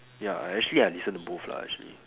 ya actually I listen to both lah actually